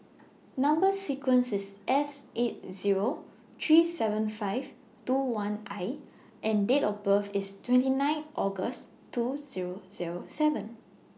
Number sequence IS S eight Zero three seven five two one I and Date of birth IS twenty nine August two Zero Zero seven